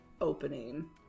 opening